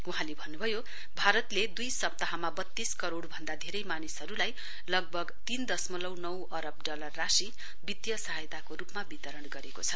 वहाँले भन्नुभयो भारतले दुई सप्ताहमा वत्तीस करोड़ भन्दा धेरै मानिसहरूलाई लगभग तीन दसमलउ नौ अरब डलर राशि वित्तीय सहायताको रूपमा वितरण गरेको छ